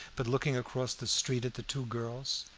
but looking across the street at the two girls.